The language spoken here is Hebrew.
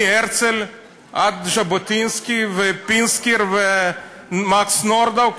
מהרצל עד ז'בוטינסקי ופינסקר ומקס נורדאו,